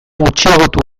gutxiagotu